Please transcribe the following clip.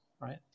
right